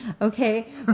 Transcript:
Okay